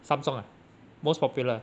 Samsung ah most popular